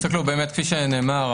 תסתכלו באמת כפי שנאמר,